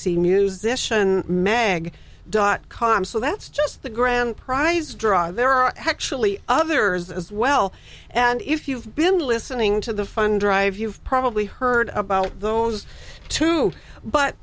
c musician mag dot com so that's just the grand prize draw there are actually others as well and if you've been listening to the fund drive you've probably heard about those two but